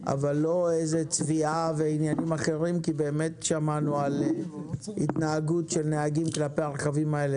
"עלות הסיכון הטהור כהגדרתה בסעיף 7א(א)